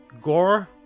gore